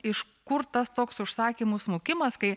iš kur tas toks užsakymų smukimas kai